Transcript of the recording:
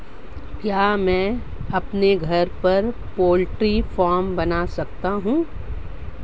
क्या मैं अपने घर पर पोल्ट्री फार्म बना सकता हूँ?